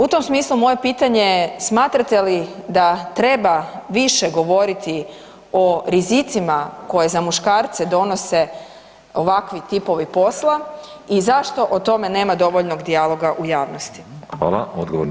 U tom smislu moje pitanje je, smatrate li da treba više govoriti o rizicima koje za muškarce donose ovakvi tipovi posla i zašto o tome nema dovoljnog dijaloga u javnosti?